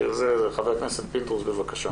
חבר הכנסת פינדרוס, בבקשה.